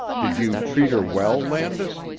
did you treat her well, landis?